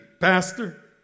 Pastor